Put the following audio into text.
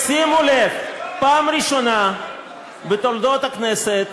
שימו לב: פעם ראשונה בתולדות הכנסת,